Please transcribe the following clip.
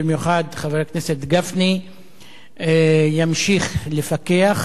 במיוחד חבר הכנסת גפני ימשיך לפקח,